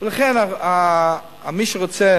לכן, מי שרוצה